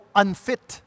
unfit